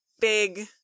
big